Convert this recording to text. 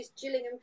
Gillingham